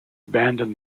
abandon